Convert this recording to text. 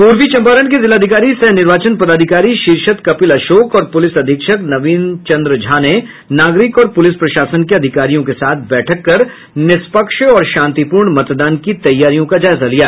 पूर्वी चंपारण के जिलाधिकारी सह निर्वाचन पदाधिकारी शीर्षत कपिल अशोक और पुलिस अधीक्षक नवीन चंद्र झा ने नागरिक और प्रलिस प्रशासन के अधिकारियों के साथ बैठक कर निष्पक्ष और शांतिपूर्ण मतदान की तैयारियों का जायजा लिया